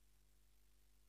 חברי הכנסת, תם